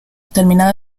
terminada